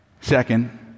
Second